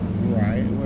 Right